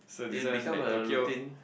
it become a routine